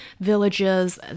villages